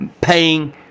paying